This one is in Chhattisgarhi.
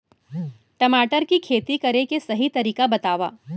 टमाटर की खेती करे के सही तरीका बतावा?